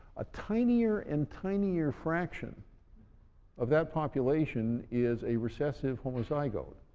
a tinier and tinier fraction of that population is a recessive homozygote.